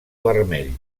vermell